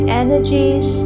energies